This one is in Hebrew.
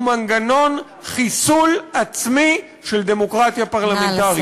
הוא מנגנון חיסול עצמי של דמוקרטיה פרלמנטרית.